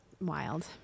Wild